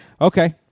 Okay